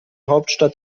hauptstadt